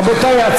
רבותיי,